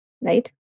right